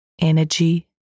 energy